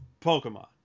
Pokemon